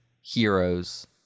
Heroes